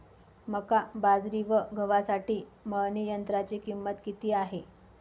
मका, बाजरी व गव्हासाठी मळणी यंत्राची किंमत किती आहे?